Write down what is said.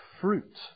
fruit